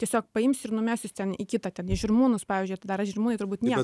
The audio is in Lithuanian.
tiesiog paims ir numes jus ten į kitą ten į žirmūnus pavyzdžiui tai dar žirmūnai turbūt nieko